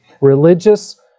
Religious